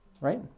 Right